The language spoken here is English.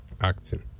acting